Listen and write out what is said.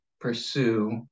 pursue